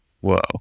Whoa